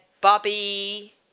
Bobby